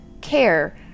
care